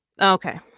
Okay